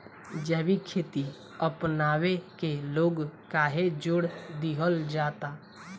जैविक खेती अपनावे के लोग काहे जोड़ दिहल जाता?